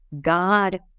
God